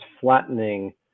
flattening